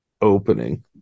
opening